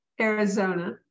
Arizona